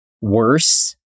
worse